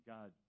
God